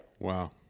Wow